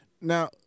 Now